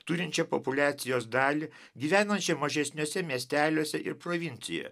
turinčią populiacijos dalį gyvenančią mažesniuose miesteliuose ir provincijoje